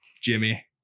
Jimmy